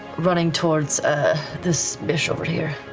running towards this bitch over here.